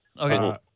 Okay